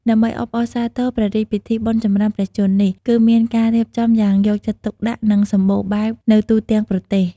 ដើម្បីអបអរសាទរព្រះរាជពិធីបុណ្យចម្រើនព្រះជន្មនេះ គឺមានការរៀបចំយ៉ាងយកចិត្តទុកដាក់ និងសម្បូរបែបនៅទូទាំងប្រទេស។